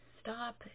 stop